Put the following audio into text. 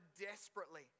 desperately